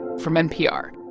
from npr.